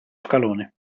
scalone